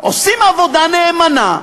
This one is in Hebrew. עושים עבודה נאמנה,